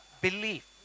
belief